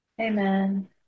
Amen